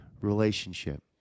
relationship